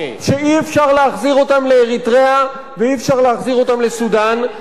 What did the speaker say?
שאי-אפשר להחזיר אותם לאריתריאה ואי-אפשר להחזיר אותם לסודן,